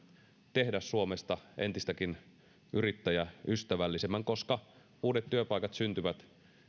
tehdä suomesta entistäkin yrittäjäystävällisemmän koska uudet työpaikat syntyvät